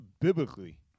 biblically